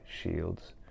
Shields